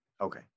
Okay